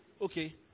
okay